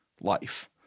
life